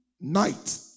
night